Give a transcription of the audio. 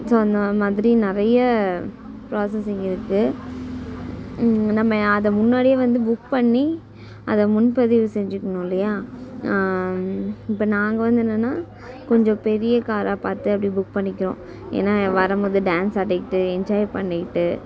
so அந்த மாதிரி நிறைய பிராசஸிங் இருக்கு நம்ம அதை முன்னாடியே வந்து புக் பண்ணி அதை முன் பதிவு செஞ்சிக்கணும் இல்லையா இப்போ நாங்கள் வந்து என்னென்னா கொஞ்சம் பெரிய காராக பார்த்து அப்படி புக் பண்ணிக்கிறோம் ஏன்னா வரம் போது டான்ஸ் ஆடிக்கிட்டு என்ஜாய் பண்ணிக்கிட்டு